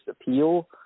appeal